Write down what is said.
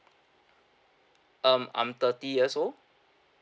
um I'm thirty years old